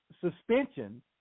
suspension